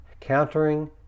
Countering